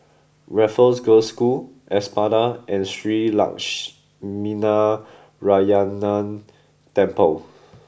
Raffles Girls' School Espada and Shree Lakshminarayanan Temple